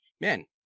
man